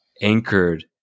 anchored